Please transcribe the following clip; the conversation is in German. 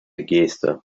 geste